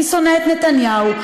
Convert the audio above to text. אני שונא את נתניהו,